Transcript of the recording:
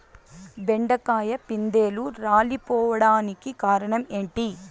బెండకాయ పిందెలు రాలిపోవడానికి కారణం ఏంటి?